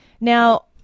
Now